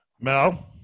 Mel